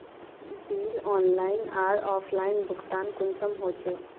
Bill online आर offline भुगतान कुंसम होचे?